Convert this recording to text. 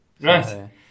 right